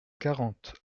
quarante